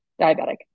diabetic